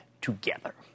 together